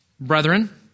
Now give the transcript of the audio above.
Brethren